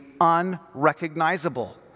unrecognizable